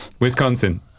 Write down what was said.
Wisconsin